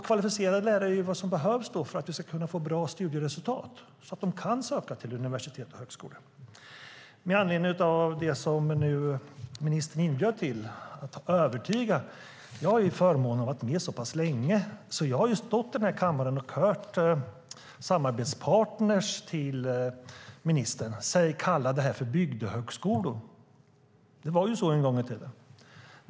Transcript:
Kvalificerade lärare är ju vad som behövs för att vi ska få bra studieresultat, så att studenterna kan söka till universitet och högskolor. Ministern inbjöd till att övertyga. Jag har ju varit med så länge att jag har hört ministerns samarbetspartner kalla detta för bygdehögskolor. Det var så en gång i tiden.